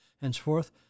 Henceforth